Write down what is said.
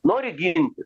nori ginti